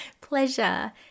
Pleasure